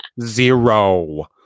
Zero